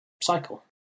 cycle